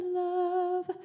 love